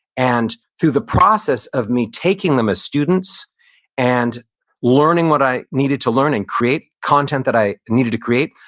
and through the process of me taking them as students and learning what i needed to learn and create content that i needed to create,